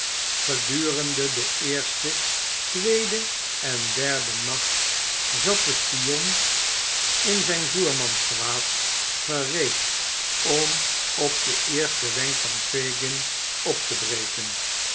gedurende den eersten tweeden en derden nacht zat de spion in zijn voermansgewaad gereed om op den eersten wenk van fagin op te breken